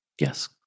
Yes